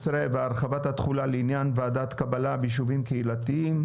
12) (הרחבת תחולה לעניין ועדות קבלה ביישובים קהילתיים),